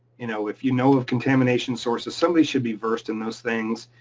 you know if you know of contamination sources, somebody should be versed in those things.